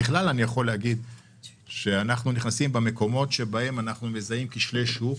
ככלל אני יכול להגיד שאנחנו נכנסים במקומות שבהם אנחנו מזהים כשלי שוק.